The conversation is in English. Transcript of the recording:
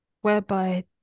whereby